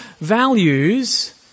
values